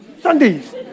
Sundays